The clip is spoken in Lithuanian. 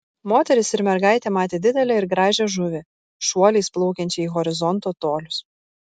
moteris ir mergaitė matė didelę ir gražią žuvį šuoliais plaukiančią į horizonto tolius